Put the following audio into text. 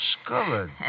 discovered